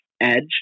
Edge